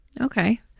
Okay